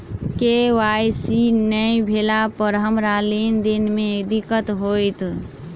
KYC नै भेला पर हमरा लेन देन मे दिक्कत होइत?